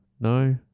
No